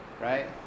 Right